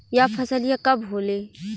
यह फसलिया कब होले?